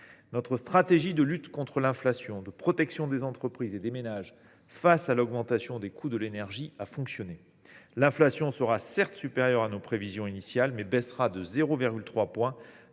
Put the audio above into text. Notre stratégie de lutte contre l’inflation et de protection des entreprises et des ménages face à l’augmentation des coûts de l’énergie a fonctionné. L’inflation sera, certes, supérieure à nos prévisions initiales, mais elle baissera de 0,3 point